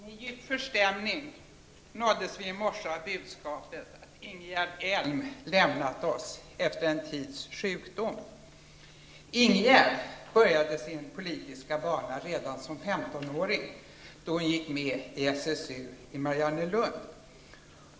Med djup förstämning möttes vi i morse av budskapet att Ingegerd Elm lämnat oss efter en tids sjukdom. Ingegerd började sin politiska bana redan som femtonåring, då hon gick med i SSU i Mariannelund.